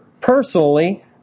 personally